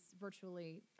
virtually